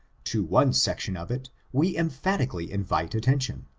to one section of it, we emphatically invite attention.